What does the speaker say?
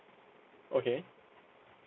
okay